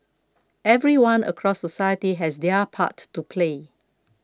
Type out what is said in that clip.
everyone across society has their part to play